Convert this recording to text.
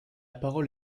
parole